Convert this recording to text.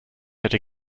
hätte